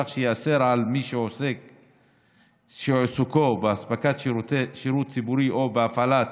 כך שייאסר על מי שעיסוקו הוא אספקת שירות ציבורי או הפעלת